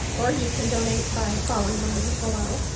or you can donate by following the link below,